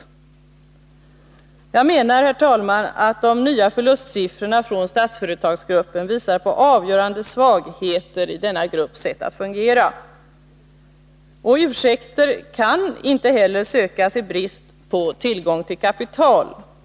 Jag menar, herr talman, att de nya förlustsiffrorna från Statsföretagsgruppen visar på avgörande svagheter i denna grupps sätt att fungera. Ursäkter kan inte heller sökas i brist på tillgång till kapital.